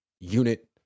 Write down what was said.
unit